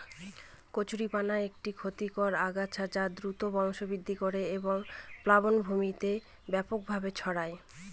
কচুরিপানা একটি ক্ষতিকারক আগাছা যা দ্রুত বংশবৃদ্ধি করে এবং প্লাবনভূমিতে ব্যাপকভাবে ছড়ায়